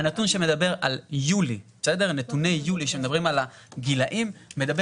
הנתון שמדבר על יולי שמדברים על הגילאים מדבר